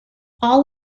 all